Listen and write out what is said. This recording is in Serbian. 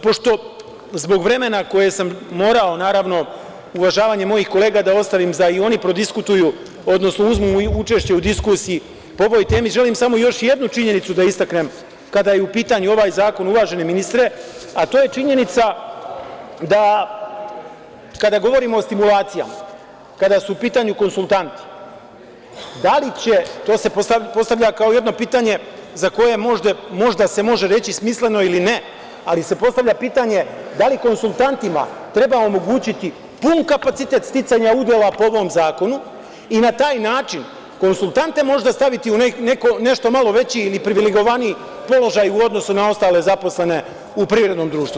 Pošto zbog vremena koje sam morao, naravno, uvažavanje mojih kolega da ostavim da i oni prodiskutuju, odnosno uzmu učešće u diskusiji po ovoj temi, želim samo još jednu činjenicu da istaknem kada je u pitanju ovaj zakon, uvaženi ministre, a to je činjenica da kada govorimo o stimulacijama, kada su u pitanju konsultanti, da li će, to se postavlja kao jedno pitanje za koje se možda može reći smisleno ili ne, ali se postavlja pitanje da li konsultantima treba omogućiti pun kapacitet sticanja udela po ovom zakonu i na taj način konsultante možda staviti u nešto veći ili privilegovaniji položaju u odnosu na ostale zaposlene u privrednom društvu.